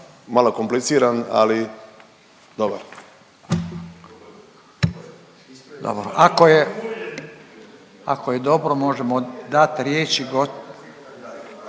malo je kompliciran ali dobar.